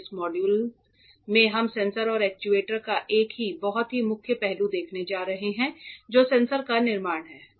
इस मॉड्यूल में हम सेंसर और एक्चुएटर का एक बहुत ही मुख्य पहलू देखने जा रहे हैं जो सेंसर का निर्माण है